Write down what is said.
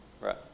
Right